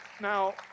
Now